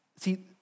See